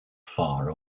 far